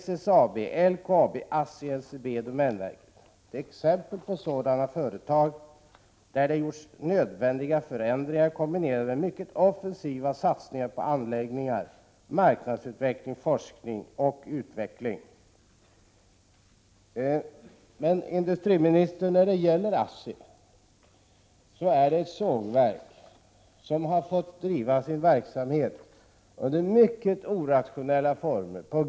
SSAB, LKAB, ASSI, NCB och domänverket är exempel på sådana företag där det har gjorts nödvändiga förändringar, kombinerade med mycket offensiva satsningar på anläggningar, marknadsutveckling, forskning och utveckling.” Men, industriministern, när det gäller ASSI är det fråga om ett sågverk som har fått driva sin verksamhet under mycket orationella former.